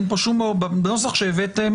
בנוסח שהבאתם